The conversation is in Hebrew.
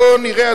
בוא נראה,